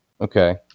Okay